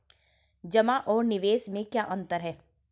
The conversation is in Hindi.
जमा और निवेश में क्या अंतर है?